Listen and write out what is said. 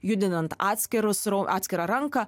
judinant atskirus atskirą ranką